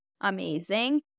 amazing